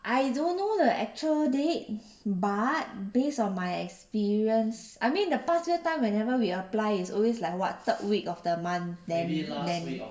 I don't know the actual date but based on my experience I mean the past few time whenever we apply is always like what third week of the month then then